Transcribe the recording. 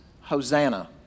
Hosanna